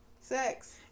Sex